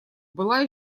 была